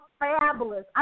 fabulous